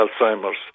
Alzheimer's